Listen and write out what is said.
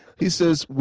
he says,